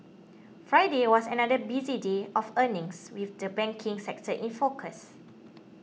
Friday was another busy day of earnings with the banking sector in focus